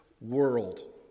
world